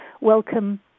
welcome